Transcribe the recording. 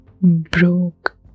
broke